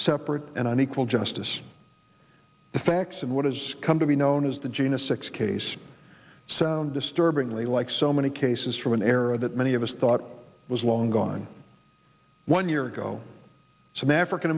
separate and unequal justice the facts and what has come to be known as the jena six case sound disturbingly like so many cases from an era that many of us thought was long gone one year ago some african